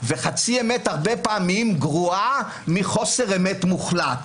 וחצי אמת הרבה פעמים גרועה מחוסר אמת מוחלט.